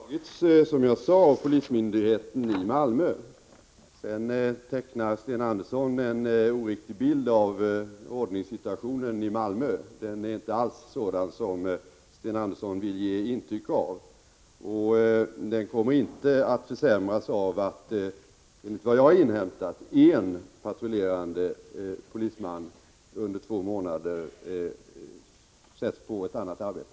Herr talman! Beslutet har, som jag sade, fattats av polismyndigheten i Malmö. Sedan tecknar Sten Andersson i Malmö en oriktig bild av ordningssituationen i Malmö. Denna är inte alls sådan som Sten Andersson vill ge intryck av. Den kommer inte heller att försämras av att, enligt vad jag har inhämtat, en patrullerande polisman under två månader sätts på ett annat arbete.